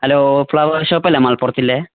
hello flower ഷോപ്പല്ലേ മലപ്പുറത്തുള്ളത്